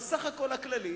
בסך-הכול הכללי